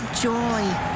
joy